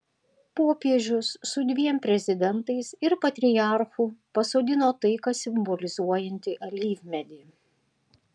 popiežius su dviem prezidentais ir patriarchu pasodino taiką simbolizuojantį alyvmedį